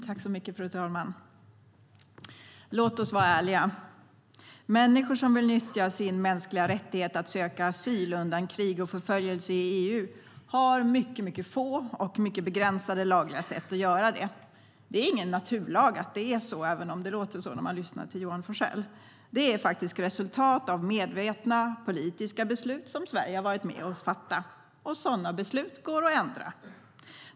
Fru talman! Låt oss vara ärliga. Människor som vill nyttja sin mänskliga rättighet att söka asyl undan krig och förföljelse i EU har mycket få och begränsade lagliga sätt att göra det. Det är ingen naturlag att det är så, även om det låter så när man lyssnar till Johan Forssell. Det är resultatet av medvetna politiska beslut som Sverige varit med om att fatta, och sådana beslut går att ändra.